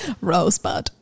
Rosebud